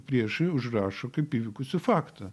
priešai užrašo kaip įvykusį faktą